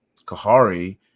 Kahari